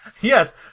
Yes